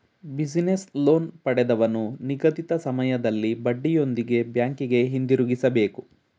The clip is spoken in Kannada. ಬಿಸಿನೆಸ್ ಲೋನ್ ಪಡೆದವನು ನಿಗದಿತ ಸಮಯದಲ್ಲಿ ಬಡ್ಡಿಯೊಂದಿಗೆ ಬ್ಯಾಂಕಿಗೆ ಹಿಂದಿರುಗಿಸಬೇಕು